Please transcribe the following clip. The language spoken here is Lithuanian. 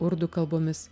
urdu kalbomis